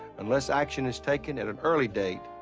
unless action is taken at an early date,